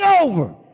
over